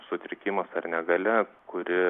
sutrikimas ar negalia kuri